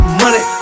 money